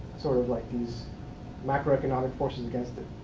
sort of like these macroeconomic forces against it?